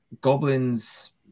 goblins